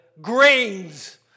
grains